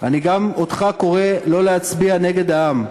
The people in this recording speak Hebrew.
אני גם לך קורא לא להצביע נגד העם.